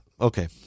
okay